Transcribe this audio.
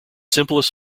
simplest